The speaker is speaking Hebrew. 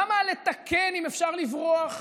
למה לתקן אם אפשר לברוח?